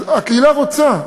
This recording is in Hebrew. אז הקהילה רוצה,